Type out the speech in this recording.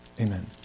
Amen